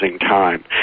time